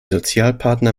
sozialpartner